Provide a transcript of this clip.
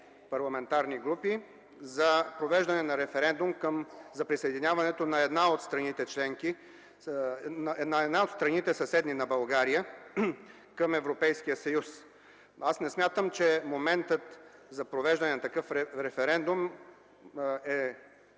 парламентарни групи, за провеждане на референдум за присъединяването на една от страните, съседни на България, към Европейския съюз. Аз не смятам, че моментът за провеждане на такъв референдум е